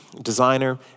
designer